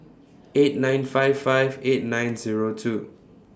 eight nine five five eight nine Zero two